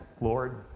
Lord